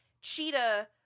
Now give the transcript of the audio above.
Cheetah